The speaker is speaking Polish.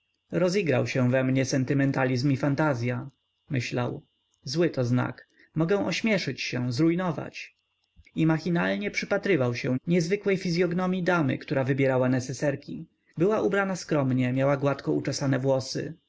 rozigrał się we mnie sentymentalizm i fantazya myślał zły to znak mogę ośmieszyć się zrujnować i machinalnie przypatrywał się niezwykłej fizyognomii damy która wybierała neseserki była ubrana skromnie miała gładko uczesane włosy